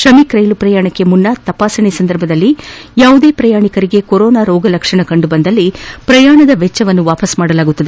ಶ್ರಮಿಕ್ ರೈಲು ಪ್ರಯಾಣಕ್ಕೆ ಮುನ್ನ ತಪಾಸಣೆ ಸಂದರ್ಭದಲ್ಲಿ ಯಾವುದೇ ಪ್ರಯಾಣಿಕರಿಗೆ ಕೊರೋನಾ ರೋಗ ಲಕ್ಷಣಗಳು ಕಂಡುಬಂದಲ್ಲಿ ಪ್ರಯಾಣದ ವೆಚ್ಚವನ್ನು ಹಿಂದಿರಿಗಿಸಲಾಗುವುದು